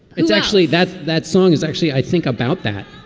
it's actually that that song is actually i think about that